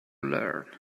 learn